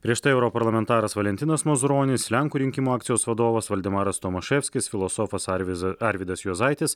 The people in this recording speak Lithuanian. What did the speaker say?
prieš tai europarlamentaras valentinas mazuronis lenkų rinkimų akcijos vadovas valdemaras tomaševskis filosofas arvizas arvydas juozaitis